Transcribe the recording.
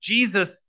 Jesus